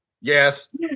Yes